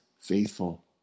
faithful